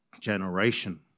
generation